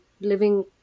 living